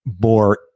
more